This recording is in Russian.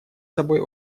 собой